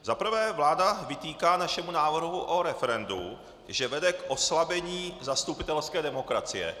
Za prvé vláda vytýká našemu návrhu o referendu, že vede k oslabení zastupitelské demokracie.